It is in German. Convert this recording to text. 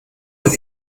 ein